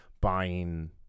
buying –